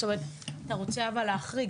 זאת אומרת אתה רוצה להחריג,